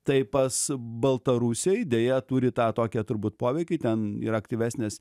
tai pas baltarusiai deja turi tą tokią turbūt poveikį ten yra aktyvesnės